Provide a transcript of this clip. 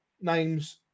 names